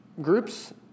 groups